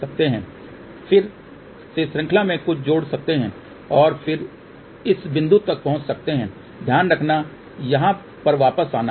आप फिर से श्रृंखला में कुछ जोड़ सकते हैं और फिर इस बिंदु तक पहुंच सकते हैं ध्यान रखना यहाँ पर वापस आना